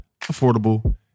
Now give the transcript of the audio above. affordable